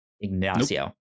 ignacio